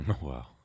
wow